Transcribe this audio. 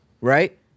right